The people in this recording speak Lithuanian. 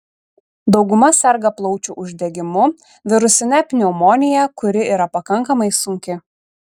dauguma serga plaučių uždegimu virusine pneumonija kuri yra pakankamai sunki